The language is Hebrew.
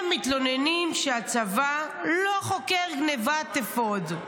הם מתלוננים שהצבא לא חוקר גנבת אפוד.